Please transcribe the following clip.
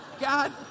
God